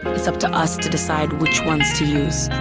it's up to us to decide which ones to use.